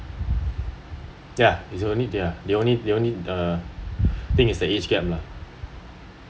ya it's only their they only they only uh think is the age gap lah